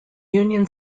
union